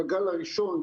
בגל הראשון,